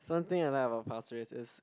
something I like about Pasir-Ris is